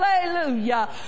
Hallelujah